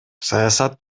саясат